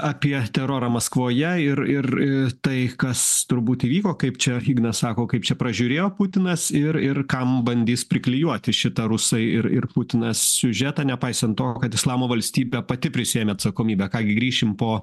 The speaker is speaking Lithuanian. apie terorą maskvoje ir ir tai kas turbūt įvyko kaip čia ignas sako kaip čia pražiūrėjo putinas ir ir kam bandys priklijuoti šitą rusai ir ir putinas siužetą nepaisant to kad islamo valstybė pati prisiėmė atsakomybę ką gi grįšime po